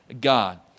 God